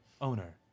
owner